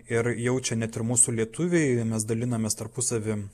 ir jaučia net ir mūsų lietuviai mes dalinamės tarpusavy